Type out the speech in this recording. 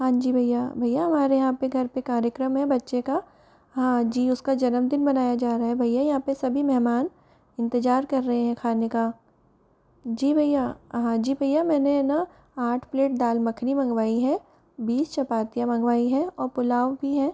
हाँ जी भैया भैया हमारे यहाँ पर घर पर कार्यक्रम है बच्चे का हाँ जी उसका जन्मदिन मनाया जा रहा है भैया यहाँ पर सभी मेहमान इंतजार कर रहे हैं खाने का जी भैया हाँ जी भैया मैंने है ना आठ प्लेट दालमखनी मंगवाई है बीस चपातियाँ मंगवाई हैं और पुलाव भी है